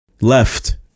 left